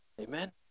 Amen